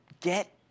get